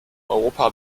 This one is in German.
europa